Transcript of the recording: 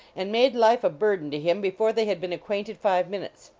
and made life a bur den to him before they had been acquainted five minutes.